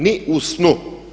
Ni u snu.